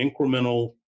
incremental